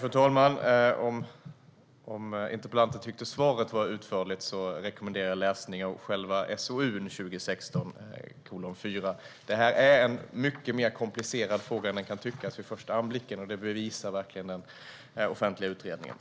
Fru talman! Om interpellanten tyckte att svaret var utförligt kan jag rekommendera läsning av SOU 2016:4. Det här är en mycket mer komplicerad fråga än vad den kan tyckas vid första anblicken. Det bevisar verkligen den här offentliga utredningen.